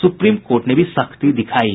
supreme court ने भी सख्ती दिखायी